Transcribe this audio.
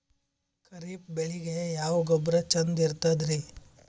ಖರೀಪ್ ಬೇಳಿಗೆ ಯಾವ ಗೊಬ್ಬರ ಚಂದ್ ಇರತದ್ರಿ?